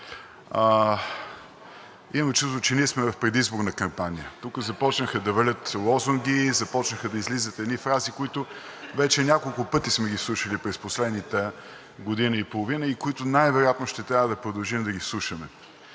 Имам чувството, че сме в предизборна кампания – тук започнаха да валят лозунги, започнаха да излизат едни фрази, които вече няколко пъти сме ги слушали през последната година и половина и които най-вероятно ще трябва да продължим да ги слушаме.